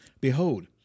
Behold